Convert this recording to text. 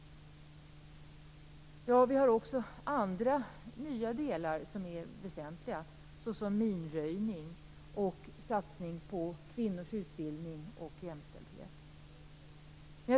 Vi har också andra nya delar som är väsentliga, såsom minröjning och satsning på kvinnors utbildning och jämställdhet.